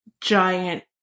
giant